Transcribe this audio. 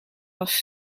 was